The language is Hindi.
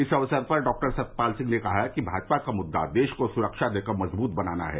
इस अवसर पर डॉक्टर सतपाल सिंह ने कहा कि भाजपा का मुद्दा देश को सुरक्षा देकर मजबूत करना है